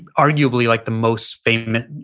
arguably like the most famous,